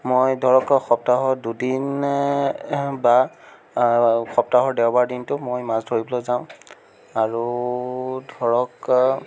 মই ধৰক সপ্তাহত দুদিন বা সপ্তাহৰ দেওবাৰৰ দিনটো মই মাছ ধৰিবলৈ যাওঁ আৰু ধৰক